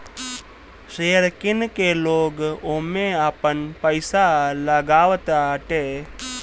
share किन के लोग ओमे आपन पईसा लगावताटे